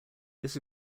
this